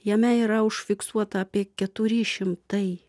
jame yra užfiksuota apie keturi šimtai